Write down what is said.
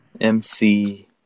MC